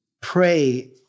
pray